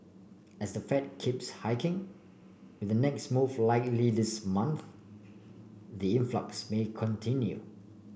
as the Fed keeps hiking with the next move likely this month the influx may continue